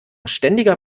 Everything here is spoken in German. ständiger